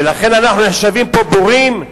ולכן אנחנו נחשבים פה בורים?